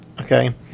okay